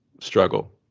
struggle